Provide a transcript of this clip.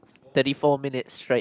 thirty four minutes straight